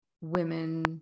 women